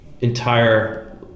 entire